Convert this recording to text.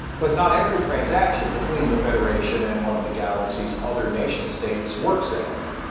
but not every transaction between the federation and one of the galaxy's other nation-states works that way.